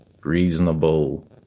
reasonable